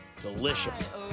Delicious